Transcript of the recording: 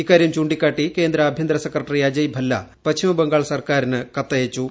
ഇക്കാര്യം ചൂണ്ടിക്കാട്ടി കേന്ദ്ര ആഭ്യന്തർ സെക്രട്ടറി അജയ് ഭല്ല പശ്ചിമ ബംഗാൾ സർക്കാരിന് കത്തയച്ചു